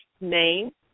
name